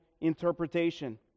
interpretation